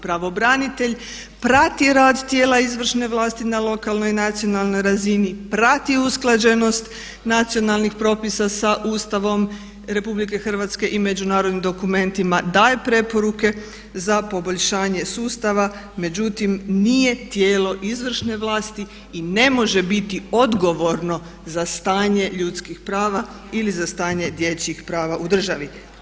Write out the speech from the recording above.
Pravobranitelj prati rad tijela izvršne vlasti na lokalnoj i nacionalnoj razini, prati usklađenost nacionalnog sa Ustavom RH i međunarodnim dokumentima, daje preporuke za poboljšanje sustava međutim nije tijelo izvršne vlasti i ne može biti odgovorno za stanje ljudskih prava ili za stanje dječjih prava u državi.